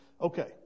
okay